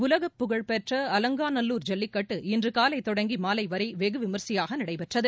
உலக புகழ்பெற்ற அவங்காநல்லூரர் ஜல்லிக்கட்டு இன்று காலை தொடங்கி மாலை வரை வெகு விமர்சையாக நடைபெற்றது